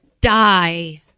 Die